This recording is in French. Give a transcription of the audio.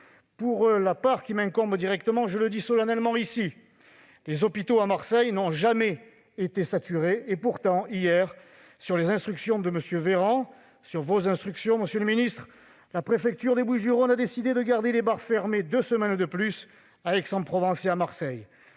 Pour la part qui m'incombe directement, je le dis solennellement ici : les hôpitaux à Marseille n'ont jamais été saturés. Pourtant, hier, sur vos instructions, monsieur le ministre, la préfecture des Bouches-du-Rhône a décidé de garder les bars fermés deux semaines de plus à Aix-en-Provence et à Marseille.